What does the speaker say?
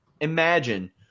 imagine